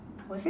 was it